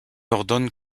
ordonne